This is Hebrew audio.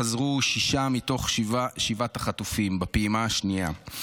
חזרו שישה מתוך שבעת החטופים בפעימה השנייה,